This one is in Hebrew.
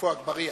עפו אגבאריה.